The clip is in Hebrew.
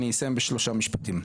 אני אסיים בשלושה משפטים.